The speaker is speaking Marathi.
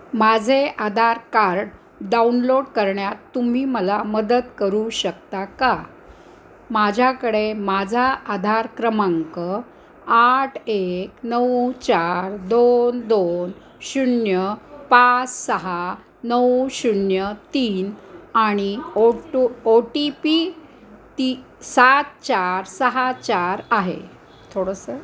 माझे आधार कार्ड डाउनलोड करण्यात तुम्ही मला मदत करू शकता का माझ्याकडे माझा आधार क्रमांक आठ एक नऊ चार दोन दोन शून्य पाच सहा नऊ शून्य तीन आणि ओटो ओ टी पी ती सात चार सहा चार आहे थोडंसं